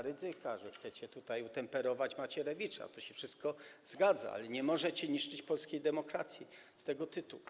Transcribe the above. Rydzyka, że chcecie tutaj utemperować Macierewicza, to się wszystko zgadza, ale nie możecie niszczyć polskiej demokracji z tego tytułu.